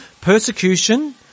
Persecution